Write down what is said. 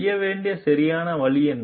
செய்ய வேண்டிய சரியான வழி என்ன